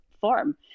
form